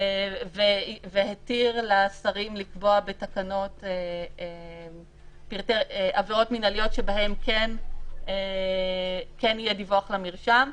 והתיר לשרים לקבוע בתקנות עבירות מנהליות שבהן כן יהיה דיווח למרשם.